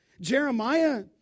Jeremiah